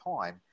time